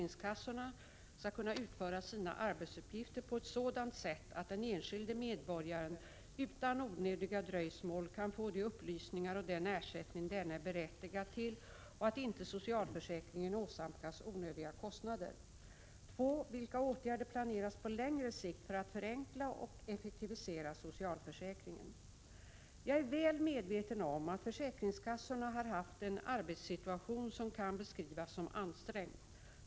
Gunnar Björk i Gävle har ställt två frågor till mig: Jag är väl medveten om att försäkringskassorna har haft en arbetssituation som kan beskrivas som ansträngd.